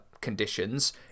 conditions